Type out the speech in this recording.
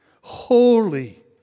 holy